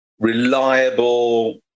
reliable